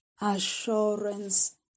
assurance